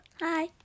Hi